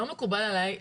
לא מקובל עליי,